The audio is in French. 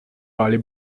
parler